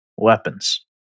weapons